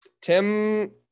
Tim